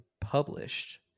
published